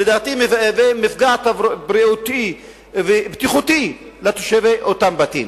לדעתי הוא מהווה מפגע בריאותי ובטיחותי לתושבי אותם בתים.